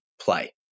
play